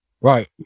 Right